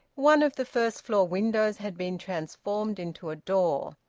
one of the first-floor windows had been transformed into a door.